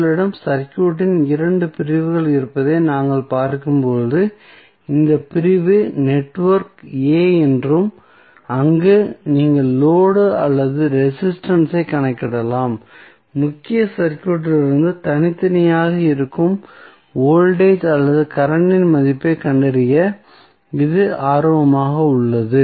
உங்களிடம் சர்க்யூட்டின் 2 பிரிவுகள் இருப்பதை நாங்கள் பார்க்கும்போது இந்த பிரிவு நெட்வொர்க் A என்றும் அங்கு நீங்கள் லோடு அல்லது ரெசிஸ்டன்ஸ் ஐ காணலாம் முக்கிய சர்க்யூட்டிலிருந்து தனித்தனியாக இருக்கும் வோல்டேஜ் அல்லது கரண்ட் இன் மதிப்பைக் கண்டறிய இது ஆர்வமாக உள்ளது